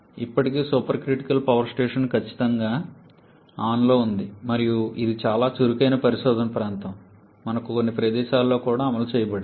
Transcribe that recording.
ఇప్పటికీ super critical power station ఖచ్చితంగా ఆన్లో ఉంది మరియు ఇది చాలా చురుకైన పరిశోధనా ప్రాంతం మరియు కొన్ని ప్రదేశాలలో కూడా అమలు చేయబడింది